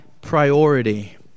priority